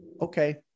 Okay